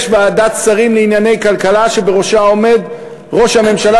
יש ועדת שרים לענייני כלכלה שבראשה עומד ראש הממשלה,